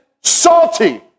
salty